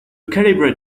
calibrate